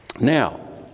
Now